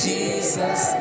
Jesus